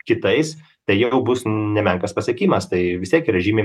kitais tai jau bus nemenkas pasiekimas tai vis tiek yra žymiai